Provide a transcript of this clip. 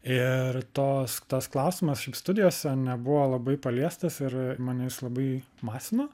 ir tos tas klausimas šiaip studijose nebuvo labai paliestas ir mane labai masino